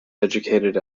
educated